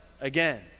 again